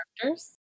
characters